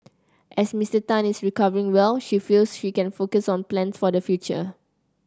as Mister Tan is recovering well she feels she can focus on plans for the future